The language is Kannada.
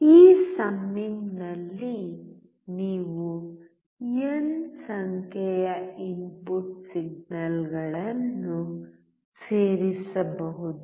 ಈ ಸಮ್ಮಿಂಗ್ ನಲ್ಲಿ ನೀವು n ಸಂಖ್ಯೆಯ ಇನ್ಪುಟ್ ಸಿಗ್ನಲ್ಗಳನ್ನು ಸೇರಿಸಬಹುದು